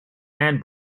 and